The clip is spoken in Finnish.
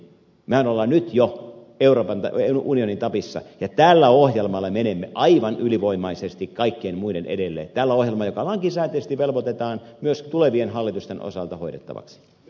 sirnö mehän olemme nyt jo euroopan unionin tapissa ja tällä ohjelmalla menemme aivan ylivoimaisesti kaikkien muiden edelle tällä ohjelmalla joka lakisääteisesti velvoitetaan myös tulevien hallitusten osalta hoidettavaksi